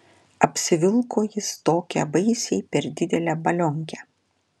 apsivilko jis tokią baisiai per didelę balionkę